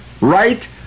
right